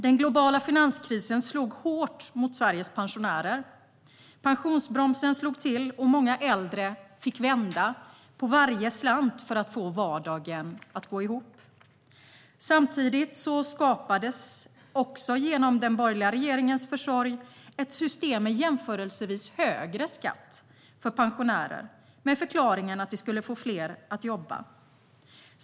Den globala finanskrisen slog hårt mot Sveriges pensionärer. Pensionsbromsen slog till, och många äldre fick vända på varje slant för att få vardagen att gå ihop. Samtidigt skapades - också genom den borgerliga regeringens försorg - ett system med jämförelsevis högre skatt för pensionärer med förklaringen att det skulle få fler att jobba.